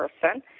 person